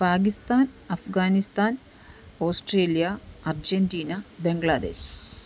Pakistan Afghanistan Australia Argentina Bangladesh